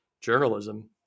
journalism